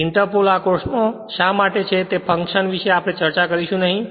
ઈંટરપોલઆ course માં શ માટે છે તે ફંક્શન વિશે આપણે ચર્ચા કરશું નહી